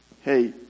Hey